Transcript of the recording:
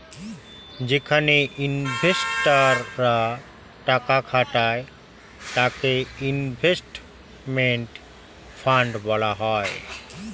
যেখানে ইনভেস্টর রা টাকা খাটায় তাকে ইনভেস্টমেন্ট ফান্ড বলা হয়